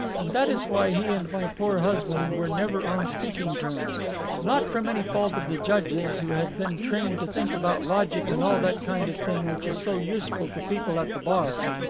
and that is why he and my poor husband were never on speaking terms not from any fault of the judge's, who had been trained to think about logic and all that kind of thing which is so useful to people at the bar.